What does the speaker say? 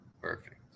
Perfect